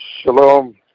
Shalom